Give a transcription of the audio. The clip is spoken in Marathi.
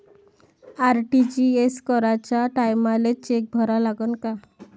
आर.टी.जी.एस कराच्या टायमाले चेक भरा लागन का?